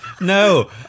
No